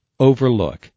Overlook